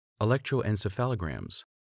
electroencephalograms